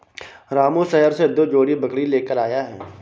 रामू शहर से दो जोड़ी बकरी लेकर आया है